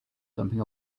dumping